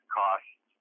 costs